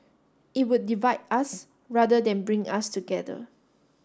it would divide us rather than bring us together